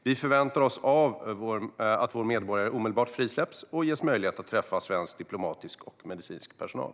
Vi förväntar oss att vår medborgare omedelbart frisläpps och ges möjlighet att träffa svensk diplomatisk och medicinsk personal.